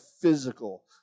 physical